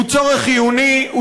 הוא צורך חיוני,